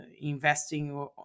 investing